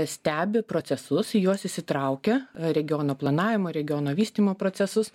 stebi procesus į juos įsitraukę regiono planavimo regiono vystymo procesus